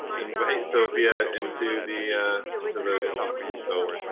invite sophia into the into the talk. so,